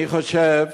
אני חושב